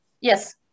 yes